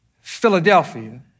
Philadelphia